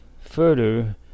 further